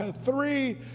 three